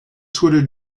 twitter